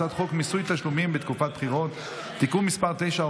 הצעת חוק מיסוי תשלומים בתקופת בחירות (תיקון מס' 9,